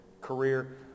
career